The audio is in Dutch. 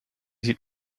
ziet